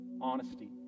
honesty